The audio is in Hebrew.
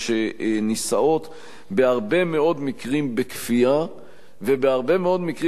שנישאות בהרבה מאוד מקרים בכפייה ובהרבה מאוד מקרים